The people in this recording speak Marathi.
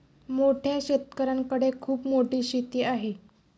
मोठ्या शेतकऱ्यांकडे खूप मोठी शेती आहे